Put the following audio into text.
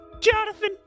Jonathan